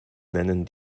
nennen